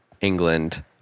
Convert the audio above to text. England